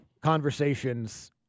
conversations